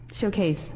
showcase